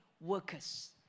workers